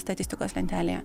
statistikos lentelėje